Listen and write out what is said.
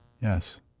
yes